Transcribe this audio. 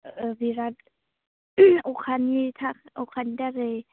बिराद अखानि थाखाय